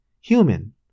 Human